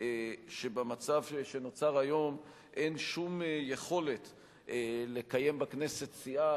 שבמצב שנוצר היום אין שום יכולת לקיים בכנסת סיעה